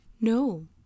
No